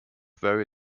very